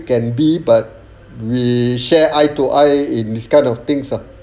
can be but we share eye to eye in this kind of things ah